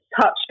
touched